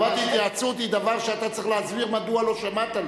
חובת התייעצות היא דבר שאתה צריך להסביר מדוע לא שמעת לו.